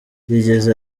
yagize